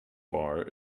bar